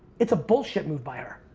it's a bullshit move by her,